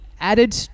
Added